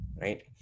right